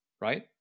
right